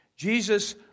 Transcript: Jesus